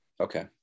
Okay